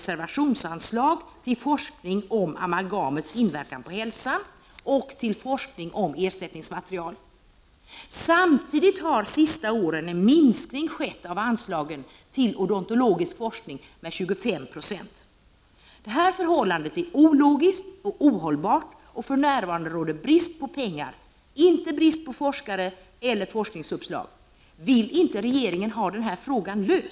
Samtidigt har det under de senaste åren skett en minskning om 25 96 av anslagen till odontologisk forskning. Detta förhållande är ologiskt och ohållbart. För närvarande råder det brist på pengar, inte på forskare eller forskningsuppslag. Vill inte regeringen ha en lösning på frågan?